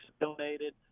donated